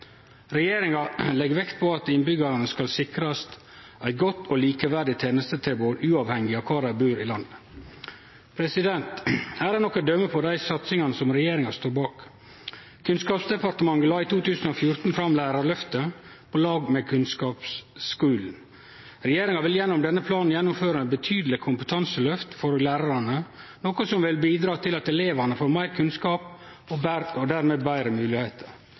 Regjeringa legg vekt på at innbyggjarane skal sikrast eit godt og likeverdig tenestetilbod uavhengig av kvar dei bur i landet. Her er nokre døme på dei satsingane som regjeringa står bak: Kunnskapsdepartementet la i 2014 fram Lærerløftet – på lag for kunnskapsskolen. Regjeringa vil gjennom denne planen gjennomføre eit betydeleg kompetanseløft for lærarane, noko som vil bidra til at elevane får meir kunnskap og dermed betre